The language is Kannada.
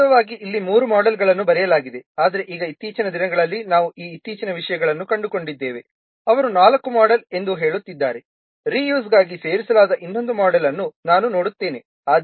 ವಾಸ್ತವವಾಗಿ ಇಲ್ಲಿ ಮೂರು ಮೋಡೆಲ್ಗಳನ್ನು ಬರೆಯಲಾಗಿದೆ ಆದರೆ ಈಗ ಇತ್ತೀಚಿನ ದಿನಗಳಲ್ಲಿ ನಾವು ಈ ಇತ್ತೀಚಿನ ವಿಷಯವನ್ನು ಕಂಡುಕೊಂಡಿದ್ದೇವೆ ಅವರು ನಾಲ್ಕು ಮೋಡೆಲ್ ಎಂದು ಹೇಳುತ್ತಿದ್ದಾರೆ ರೀ ಯೂಸ್ ಗಾಗಿ ಸೇರಿಸಲಾದ ಇನ್ನೊಂದು ಮೋಡೆಲ್ ಅನ್ನು ನಾನು ನೋಡುತ್ತೇನೆ